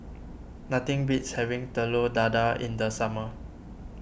nothing beats having Telur Dadah in the summer